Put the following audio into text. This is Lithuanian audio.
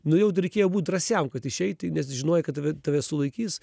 nu jau reikėjo būt drąsiam kad išeiti nes žinojai kad tave sulaikys